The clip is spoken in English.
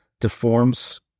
deforms